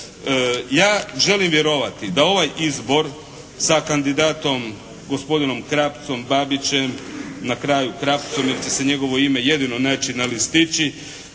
Ja želim vjerovati da ovaj izbor sa kandidatom gospodinom Krapcom, Babićem, na kraju Krapcom jer će se njegovo ime jedino naći na listići,